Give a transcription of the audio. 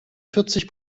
vierzig